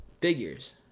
figures